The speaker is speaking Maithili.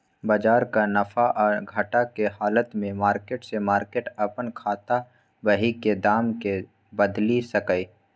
बजारक नफा आ घटा के हालत में मार्केट से मार्केट अपन खाता बही के दाम के बदलि सकैए